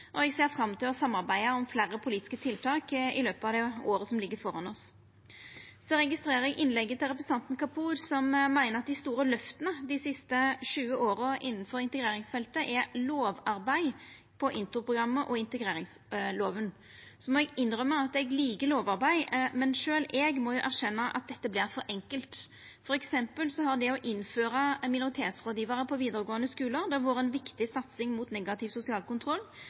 og eg ser fram til å samarbeida om fleire politiske tiltak i løpet av det året som ligg framfor oss. Eg registrerte òg innlegget til representanten Kapur, som meinte at dei store løfta dei siste 20 åra innanfor integreringsfeltet er lovarbeid på introprogrammet og integreringsloven. Eg må innrømma at eg likar lovarbeid, men sjølv eg må erkjenna at dette vert for enkelt. For eksempel har det å innføra minoritetsrådgjevarar på vidaregåande skular vore ei viktig satsing mot negativ sosial kontroll